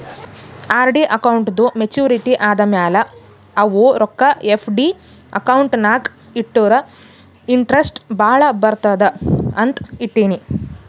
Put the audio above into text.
RD ಅಕೌಂಟ್ದೂ maturity ಆದಮ್ಯಾಲ ಅವು ರೊಕ್ಕಾ ಎಫ್.ಡಿ ಅಕೌಂಟ್ ನಾಗ್ ಇಟ್ಟುರ ಇಂಟ್ರೆಸ್ಟ್ ಭಾಳ ಬರ್ತುದ ಅಂತ್ ಇಟ್ಟೀನಿ